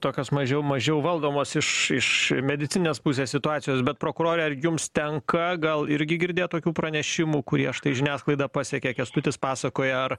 tokios mažiau mažiau valdomos iš iš medicininės pusės situacijos bet prokurore ar jums tenka gal irgi girdėt tokių pranešimų kurie štai žiniasklaidą pasiekė kęstutis pasakoja ar